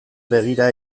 begira